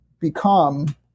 become